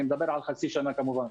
אני מדבר על חצי השנה האחרונה כמובן.